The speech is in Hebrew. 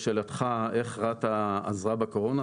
לשאלתך איך רת"א עזרה בקורונה,